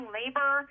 labor